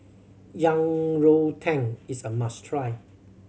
Yang Rou Tang is a must try